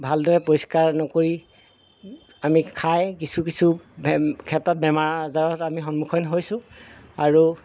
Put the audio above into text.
ভালদৰে পৰিষ্কাৰ নকৰি আমি খাই কিছু কিছু ভে ক্ষেত্ৰত বেমাৰ আজাৰত আমি সন্মুখীন হৈছোঁ আৰু